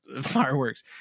fireworks